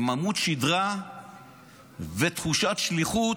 עם עמוד שדרה ותחושת שליחות,